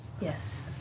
Yes